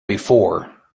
before